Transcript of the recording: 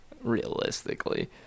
Realistically